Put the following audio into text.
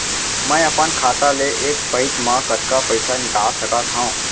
मैं अपन खाता ले एक पइत मा कतका पइसा निकाल सकत हव?